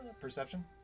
Perception